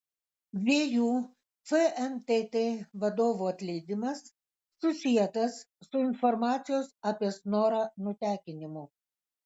dviejų fntt vadovų atleidimas susietas su informacijos apie snorą nutekinimu